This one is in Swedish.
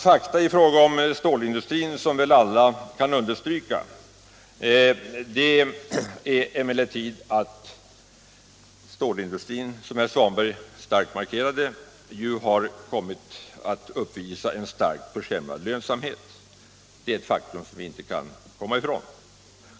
Fakta i fråga om stålindustrin, som väl alla kan understryka, är emellertid att stålindustrin, som herr Svanberg markerade, har kommit att uppvisa en starkt försämrad lönsamhet. Det är ett faktum som vi inte kan komma ifrån.